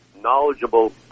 knowledgeable